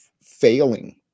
failing